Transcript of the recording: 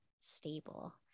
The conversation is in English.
stable